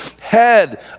head